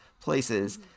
places